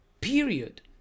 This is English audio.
Period